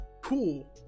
cool